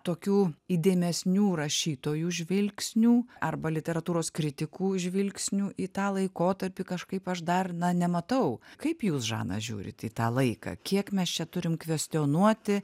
tokių įdėmesnių rašytojų žvilgsnių arba literatūros kritikų žvilgsniu į tą laikotarpį kažkaip aš dar na nematau kaip jūs žana žiūrit į tą laiką kiek mes čia turim kvestionuoti